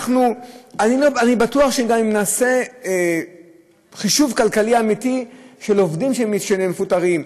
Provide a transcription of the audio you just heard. אני בטוח שגם אם נעשה חישוב כלכלי אמיתי של עובדים שמפוטרים,